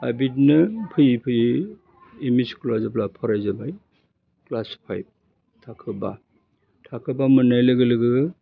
दा बिदिनो फैयै फैयै एमइ स्कुला जेब्ला फरायजेनबाय ख्लास फाइभ थाखो बा थाखो बा मोननाय लोगो लोगो